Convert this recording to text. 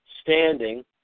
standing